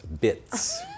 Bits